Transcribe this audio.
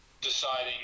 deciding